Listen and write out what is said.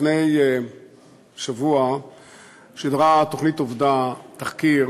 לפני שבוע שידרה התוכנית "עובדה" תחקיר